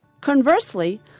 Conversely